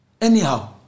anyhow